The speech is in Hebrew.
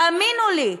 תאמינו לי,